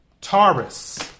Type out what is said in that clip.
Taurus